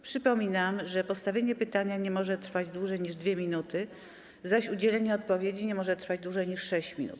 Przypominam, że postawienie pytania nie może trwać dłużej niż 2 minuty, zaś udzielenie odpowiedzi nie może trwać dłużej niż 6 minut.